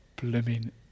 blooming